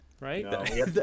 right